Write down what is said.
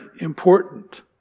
important